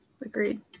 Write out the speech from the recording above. Agreed